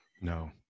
No